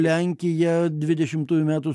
lenkija dvidešimtųjų metų